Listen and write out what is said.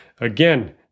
Again